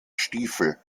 stiefel